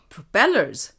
Propellers